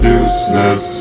useless